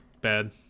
Bad